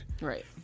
Right